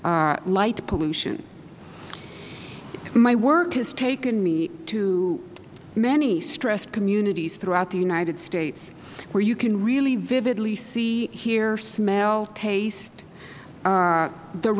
light pollution my work has taken me to many stressed communities throughout the united states where you can really vividly see hear smell taste